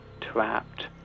trapped